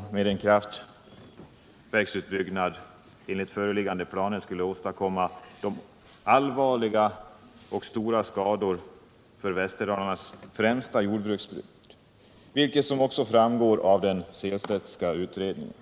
skador en kraftverksutbyggnad enligt föreliggande planer skulle åstadkomma för Västerdalarnas främsta jordbruksbygd, något som också framgår av den Sehlstedtska utredningen.